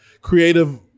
creative